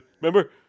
remember